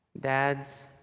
Dads